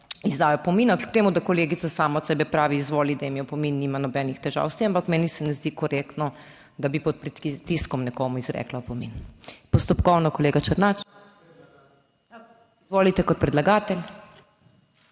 izdaja opomina, kljub temu, da kolegica sama od sebe pravi izvoli, da mi opomin nima nobenih težav s tem, ampak meni se ne zdi korektno, da bi pod pritiskom nekomu izrekli opomin. Postopkovno, kolega Černač. Izvolite, kot predlagatelj.